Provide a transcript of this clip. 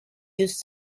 used